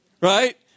right